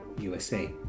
USA